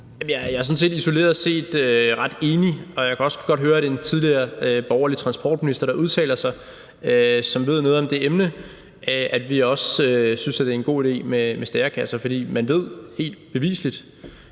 Jeg er isoleret set ret enig, og jeg kan også godt høre, at det er en tidligere borgerlig transportminister, som ved noget om det emne, der udtaler sig. Vi synes også, det er en god idé med stærekasser, fordi man helt bevisligt